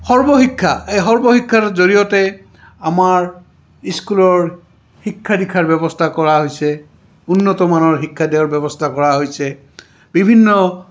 সৰ্বশিক্ষা এই সৰ্বশিক্ষাৰ জৰিয়তে আমাৰ স্কুলৰ শিক্ষা দীক্ষাৰ ব্যৱস্থা কৰা হৈছে উন্নতমানৰ শিক্ষা দিয়াৰ ব্যৱস্থা কৰা হৈছে বিভিন্ন